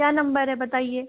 क्या नंबर है बताइये